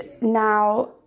now